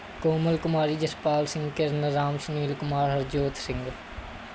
Komal Kumari Jaspal Singh Kiran Ram Sunil Kumar Harjot Singh